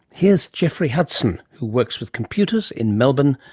here's geoffrey hudson, who works with computers in melbourne,